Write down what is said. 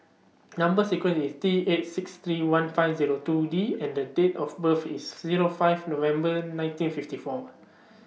Number sequence IS T eight six three one five Zero two D and Date of birth IS Zero five November nineteen fifty four